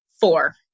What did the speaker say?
Four